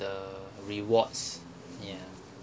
the rewards ya